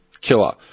killer